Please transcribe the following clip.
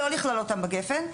לא לכלול אותם בגפ"ן,